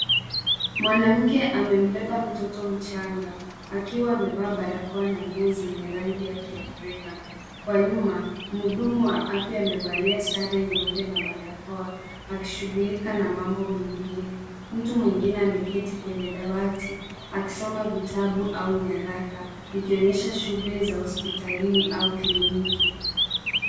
Mwanamke amembeba mtoto mchanga akiwa amevaa barakoa na nguo zenye rangi ya kiafrika. Kwa nyuma muhudumu wa afya amevalia sare nyeupe na barakoa akishughulika na mambo mengine. Mtu mwingine ameketi kwenye dawati akisoma vitabu au nyaraka ikionyesha shughuli za hospitalini au kliniki.